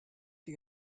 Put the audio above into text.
die